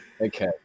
Okay